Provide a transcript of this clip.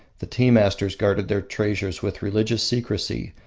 the tea-masters guarded their treasures with religious secrecy,